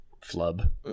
flub